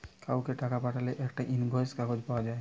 কাউকে টাকা পাঠালে একটা ইনভয়েস কাগজ পায়া যাচ্ছে